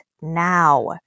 now